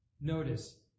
Notice